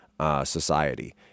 society